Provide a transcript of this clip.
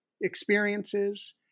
experiences